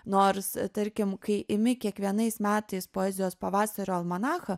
nors tarkim kai imi kiekvienais metais poezijos pavasario almanachą